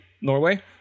Norway